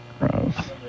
Gross